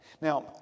Now